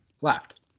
left